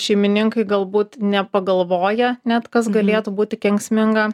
šeimininkai galbūt nepagalvoja net kas galėtų būti kenksminga